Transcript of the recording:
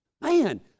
man